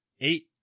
Eight